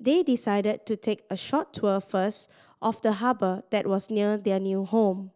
they decided to take a short tour first of the harbour that was near their new home